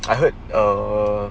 I heard err